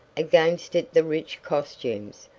against it the rich costumes,